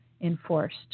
enforced